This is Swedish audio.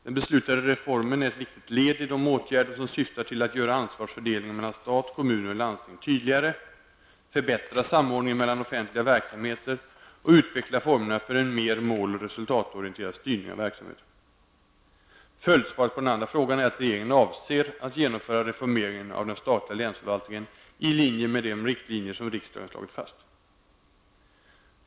Den beslutade reformen är ett viktigt led i de åtgärder som syftar till att göra ansvarsfördelningen mellan stat, kommuner och landsting tydligare, förbättra samordningen mellan offentliga verksamheter och utveckla formerna för en mer mål och resultatorienterad styrning av verksamheten. Följdsvaret på den andra frågan är att regeringen avser att genomföra reformeringen av den statliga länsförvaltningen i linje med de riktlinjer som riksdagen slagit fast.